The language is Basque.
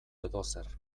edozer